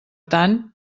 tant